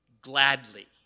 gladly